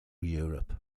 europe